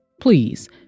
please